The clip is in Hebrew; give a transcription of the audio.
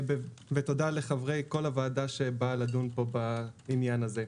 תודה לחברי כל הוועדה שבאה לדון בעניין הזה.